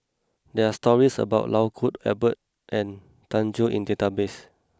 there are stories about Lau Kuo Kwong Robert Eng Tow and Thio Chan Bee in the database